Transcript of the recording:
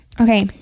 Okay